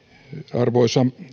arvoisa